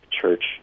church